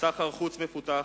סחר חוץ מפותח,